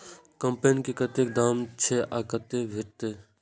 कम्पेन के कतेक दाम छै आ कतय भेटत?